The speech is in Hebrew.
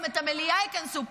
גם את המליאה יכנסו.